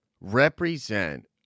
represent